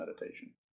meditation